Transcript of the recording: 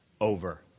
over